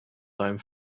deinem